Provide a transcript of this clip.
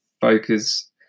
focus